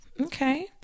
Okay